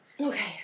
Okay